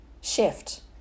shift